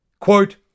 Quote